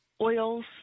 oils